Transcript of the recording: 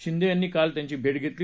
शिंदे यांनी काल त्यांची भेट घेतली